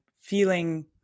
feeling